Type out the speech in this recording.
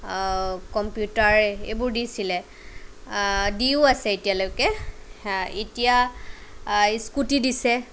computer এইবোৰ দিছিলে দিও আছে এতিয়ালৈকে এতিয়া স্কুটি দিছে